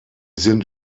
sind